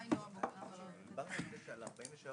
הכנה לקריאה שנייה